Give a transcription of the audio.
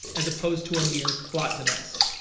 as opposed to a mere plot device.